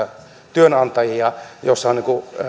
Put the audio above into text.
työnantajia ja